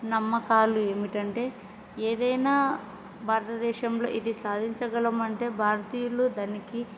నమ్మకాలు ఏంటంటే ఏదైనా భారతదేశంలో ఇది సాధించగలం అంటే భారతీయులు దానికి